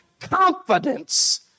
Confidence